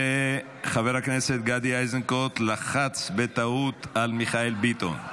וחבר הכנסת גדי איזנקוט לחץ בטעות על מיכאל ביטון.